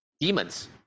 demons